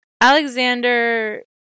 Alexander